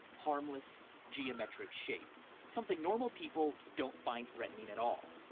harmless geometric shape something normal people don't find threatening at all.